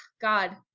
God